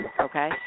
Okay